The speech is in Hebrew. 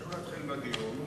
אפשר להתחיל בדיון,